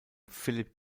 philip